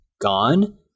gone